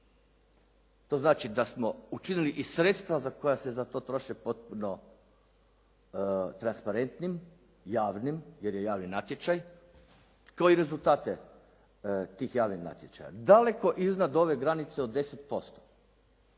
To znači da smo učinili i sredstva za koja se za to troše potpuno transparentnim, javnim jer je javni natječaj kao i rezultate tih javnih natječaja. Daleko iznad ove granice od 10%.